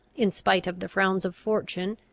in spite of the frowns of fortune,